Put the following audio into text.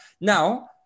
Now